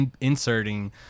inserting